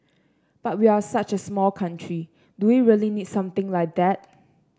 but we're such a small country do we really need something like that